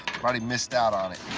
everybody missed out on it.